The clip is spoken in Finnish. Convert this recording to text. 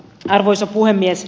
arvoisa puhemies